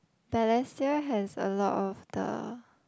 Balestier has a lot of the